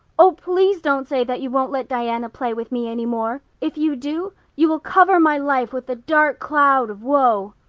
oh, please don't say that you won't let diana play with me any more. if you do you will cover my life with a dark cloud of woe.